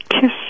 Kiss